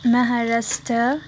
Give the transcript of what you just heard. Maharashtra